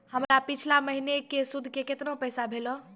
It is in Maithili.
हमर पिछला महीने के सुध के केतना पैसा भेलौ?